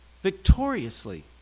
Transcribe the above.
victoriously